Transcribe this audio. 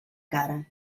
cara